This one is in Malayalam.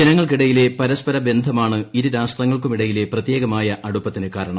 ജനങ്ങൾക്കിടയിലെ പരസ്പരബന്ധമാണ് ഇരു രാഷ്ട്രങ്ങൾക്കുമിടയിലെ പ്രത്യേകമായ അടുപ്പത്തിന് കാരണം